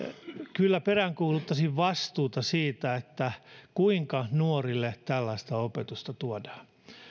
kyllä peräänkuuluttaisin vastuuta siitä kuinka nuorille tällaista opetusta tuodaan